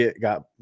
got